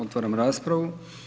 Otvaram raspravu.